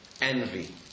Envy